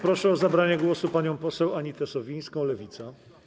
Proszę o zabranie głosu panią poseł Anitę Sowińską, Lewica.